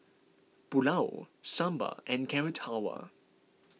Pulao Sambar and Carrot Halwa